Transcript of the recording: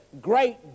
great